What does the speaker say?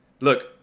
look